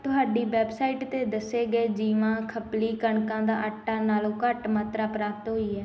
ਤੁਹਾਡੀ ਵੈੱਬਸਾਈਟ 'ਤੇ ਦੱਸੇ ਗਏ ਜੀਵਾ ਖੱਪਲੀ ਕਣਕਾਂ ਦਾ ਆਟਾ ਨਾਲੋਂ ਘੱਟ ਮਾਤਰਾ ਪ੍ਰਾਪਤ ਹੋਈ ਹੈ